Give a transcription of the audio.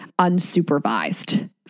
unsupervised